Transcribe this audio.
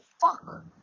fuck